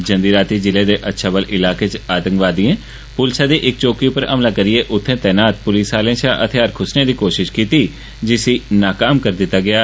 जन्दी रातीं ज़िले दे अच्छाबल इलाके च आतंकवादिएं पुलसै दी इक चौकी पर हमला करियै उत्थै तैनात पुलिस आह्ले शा हथियार खुसने दी कोशिश कीती गेई जिस्सी नाकाम करी दित्ता गेआ